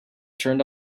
turned